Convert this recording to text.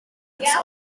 its